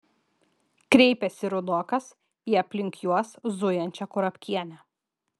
kreipėsi rudokas į aplink juos zujančią kurapkienę